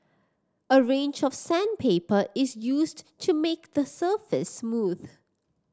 a range of sandpaper is used to make the surface smooth